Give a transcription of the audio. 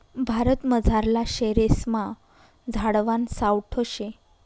भारतमझारला शेरेस्मा झाडवान सावठं शे